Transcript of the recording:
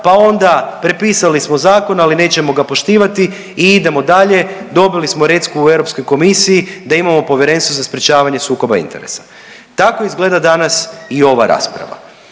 pa onda prepisali smo zakon ali nećemo ga poštivati i idemo dalje, dobili smo recku u Europskoj komisiji da imamo Povjerenstvo za sprječavanje sukoba interesa. Tako izgleda danas i ova rasprava